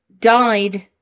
died